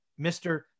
Mr